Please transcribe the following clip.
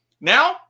Now